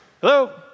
Hello